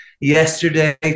yesterday